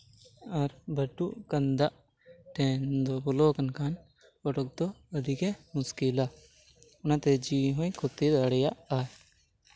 ᱟᱨ ᱵᱟᱨᱰᱩᱜ ᱠᱟᱱ ᱫᱟᱜ ᱴᱷᱮᱱ ᱫᱚ ᱵᱚᱞᱚ ᱟᱠᱟᱱ ᱠᱷᱟᱱ ᱚᱰᱳᱠ ᱫᱚ ᱟᱹᱰᱤ ᱜᱮ ᱢᱩᱥᱠᱤᱞᱟ ᱚᱱᱟᱛᱮ ᱡᱤᱣᱤ ᱦᱚᱸᱭ ᱠᱷᱚᱛᱤ ᱫᱟᱲᱮᱭᱟᱜᱼᱟ